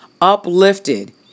uplifted